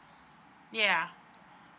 ya